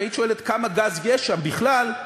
אם היית שואלת כמה גז יש שם בכלל,